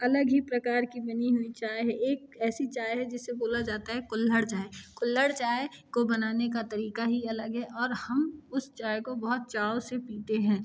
अलग ही प्रकार कि बनी हुई चाय है एक ऐसी चाय है जिसे बोला जाता है कुल्हड़ चाय कुल्हड़ चाय को बनाने का तरीका ही अलग है और हम उस चाय को बहुत चाव से पीते हैं